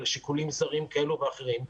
אלא שיקולים זרים כאילו ואחרים,